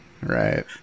Right